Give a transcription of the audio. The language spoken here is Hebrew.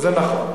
וזה נכון.